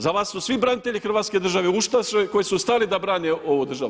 Za vas su svi branitelji Hrvatske države ustaše koji su stali da brane ovu državu.